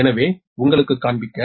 எனவே உங்களுக்குக் காண்பிக்க